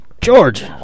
George